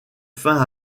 fin